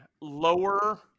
lower